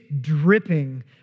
dripping